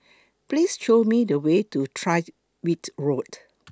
Please Show Me The Way to Tyrwhitt Road